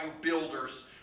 builders